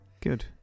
good